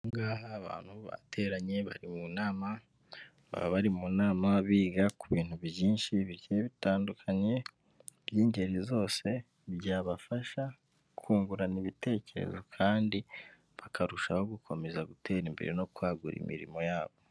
Aha ngaha abantu bateranye bari mu nama, baba bari mu nama biga ku bintu byinshi bitandukanye by'ingeri zose, byabafasha kungurana ibitekerezo kandi bakarushaho gukomeza gutera imbere no kwagura imirimo yabo.